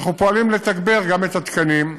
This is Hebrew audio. אנחנו פועלים לתגבר גם את התקנים,